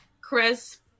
chris